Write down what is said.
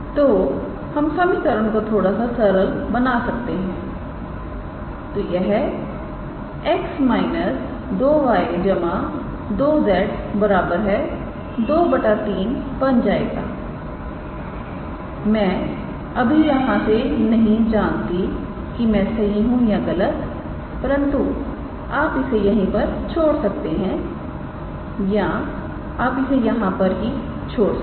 तोहम समीकरण को थोड़ा सा सरल बना सकते हैं तो यह 𝑋 − 2𝑌 2𝑍 2 3 बन जाएगा मैं अभी यहां से नहीं जानता कि मैं सही हूं या गलत परंतु आप इसे यहीं पर छोड़ सकते हैं या आप इसे यहां पर ही छोड़ सकते